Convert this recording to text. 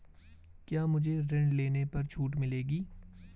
क्या मुझे ऋण लेने पर छूट मिलेगी?